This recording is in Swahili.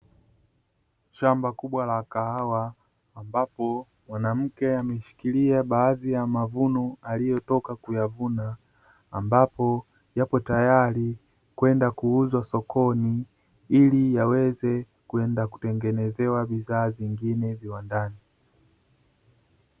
Shamba kubwa la kahawa ambapo mwanamke ameshikilia baadhi ya mavuno aliyotoka kuyavuna, ambapo yapo tayari kwenda kuuza sokoni ili yaweze kwenda kutengeneza bidhaa zingine viwandani.